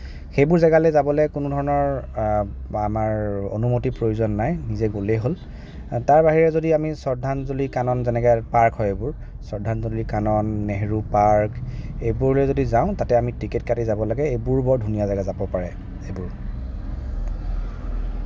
সেইবোৰ জেগালৈ যাবলৈ কোনোধৰণৰ বা আমাৰ অনুমতিৰ প্ৰয়োজন নাই নিজেই গ'লেই হ'ল তাৰ বাহিৰে যদি আমি শ্ৰদ্ধাঞ্জলি কানন যেনেকে আৰু পাৰ্ক হয় এইবোৰ শ্ৰদ্ধাঞ্জলি কানন নেহেৰু পাৰ্ক এইবোৰলৈ যদি যাওঁ তাতে আমি টিকেট কাটি যাব লাগে এইবোৰ বৰ ধুনীয়া জেগা যাব পাৰে এইবোৰ